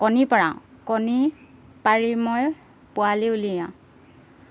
কণী পৰাওঁ কণী পাৰি মই পোৱালি উলিয়াওঁ